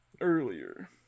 earlier